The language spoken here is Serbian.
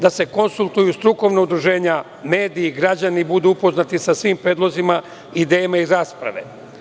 Da se konsultuju strukovna udruženja, mediji, građani budu upoznati sa svim predlozima, idejama iz rasprave.